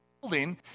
building